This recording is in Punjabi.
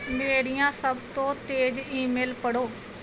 ਮੇਰੀਆਂ ਸਭ ਤੋਂ ਤੇਜ ਈਮੇਲ ਪੜ੍ਹੋ